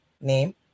name